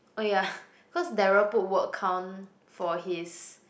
oh ya cause Daryl put work count for his